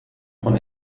von